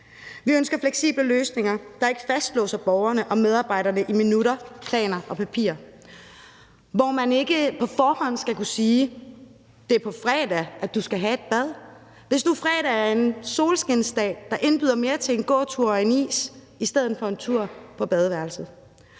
Vi ønsker fleksible løsninger, der ikke fastlåser borgerne og medarbejderne i minutter, planer og papir, og hvor man ikke på forhånd skal kunne sige, at det er på fredag, at du skal have et bad, hvis nu fredag er en solskinsdag, der indbyder mere til en gåtur og en is i stedet for en tur på badeværelset.